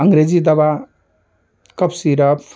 अंग्रेज़ी दवा कफ सीरफ